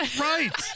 Right